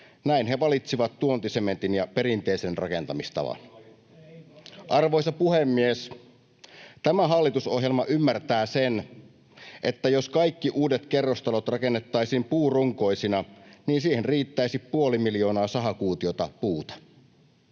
Näin he valitsivat tuontisementin ja perinteisen rakentamistavan. [Keskustan ryhmästä: Ei valittu!] Arvoisa puhemies! Tämä hallitusohjelma ymmärtää sen, että jos kaikki uudet kerrostalot rakennettaisiin puurunkoisina, niin siihen riittäisi puoli miljoonaa sahakuutiota puuta.